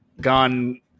gone